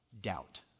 doubt